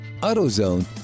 AutoZone